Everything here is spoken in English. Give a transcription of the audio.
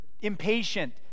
impatient